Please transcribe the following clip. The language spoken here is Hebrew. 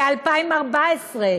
ב-2014,